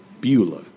Beulah